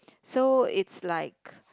so its like